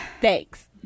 thanks